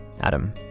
Adam